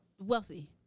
wealthy